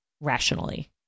rationally